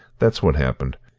that's what's happened.